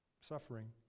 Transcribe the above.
suffering